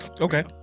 Okay